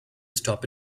stop